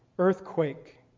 Earthquake